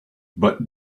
but